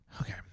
okay